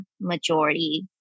majority